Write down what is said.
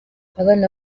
abana